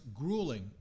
grueling